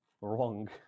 wrong